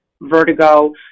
vertigo